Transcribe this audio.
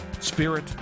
spirit